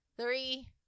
Three